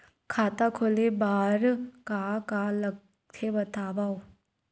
खाता खोले बार का का लगथे बतावव?